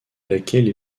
laquelle